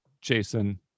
Jason